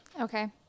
Okay